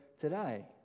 today